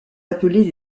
appelés